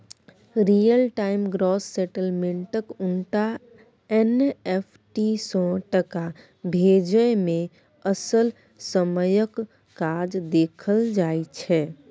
real time gross सेटलमेंटक उनटा NEFT सँ टका भेजय मे असल समयक काज देखल जाइ छै